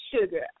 sugar